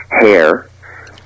hair